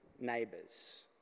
neighbours